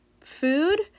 food